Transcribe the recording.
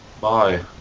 Bye